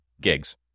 gigs